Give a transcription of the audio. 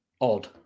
odd